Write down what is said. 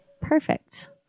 Perfect